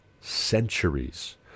centuries